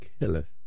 killeth